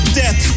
death